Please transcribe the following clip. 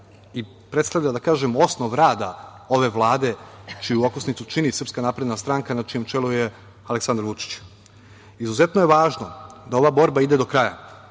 i predstavlja, da kažem, osnov rada ove Vlade, čiju okosnicu čini SNS na čijem čelu je Aleksandar Vučić. Izuzetno je važno da ova borba ide do kraja,